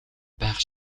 байх